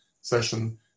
session